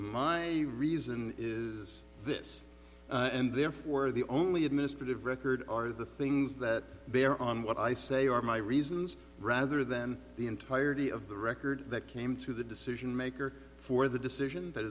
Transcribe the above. my reason is this and therefore the only administrative records are the things that bear on what i say are my reasons rather than the entirety of the record that came to the decision maker for the decision that